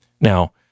Now